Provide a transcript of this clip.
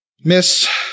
Miss